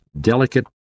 delicate